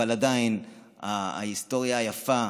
אבל עדיין ההיסטוריה היפה,